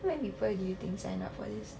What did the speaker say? how many people do you think sign up for this